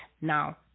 now